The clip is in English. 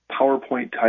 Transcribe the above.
PowerPoint-type